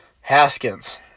Haskins